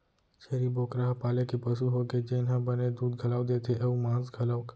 छेरी बोकरा ह पाले के पसु होगे जेन ह बने दूद घलौ देथे अउ मांस घलौक